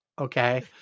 Okay